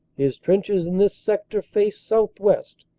his trenches in this sector faced southwest,